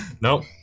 Nope